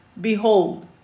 Behold